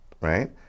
right